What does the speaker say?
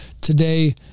today